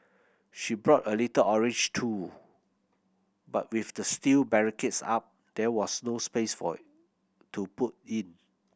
she brought a little orange tool but with the steel barricades up there was no space for to put it